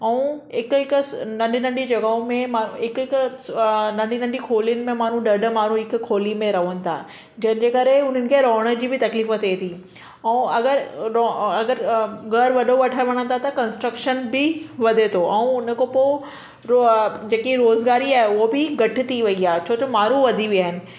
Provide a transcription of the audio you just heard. ऐं हिक हिक नंढी नंढी जॻहि में मां हिक हिक नंढी नंढी खोलियुनि में माण्हू ॾह ॾह माण्हू खोली में रहनि था जंहिंजे करे उन्हनि खे रहण जी बि तकलीफ़ थिए थी ऐं अगरि रह अगरि घरु वॾो वठणु वञनि था त कंस्ट्रकशन बि वधे थो ऐं उनखां पोइ जेकी रोज़गारी आहे उहा बि घटि थी वई आहे छो जो माण्हू वधी विया आहिनि